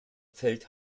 fällt